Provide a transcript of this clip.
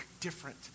different